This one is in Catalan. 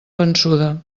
vençuda